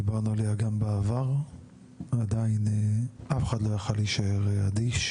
דיברנו עליה גם בעבר ועדיין אף אחד לא יכל להישאר אדיש.